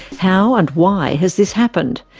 how and why has this happened?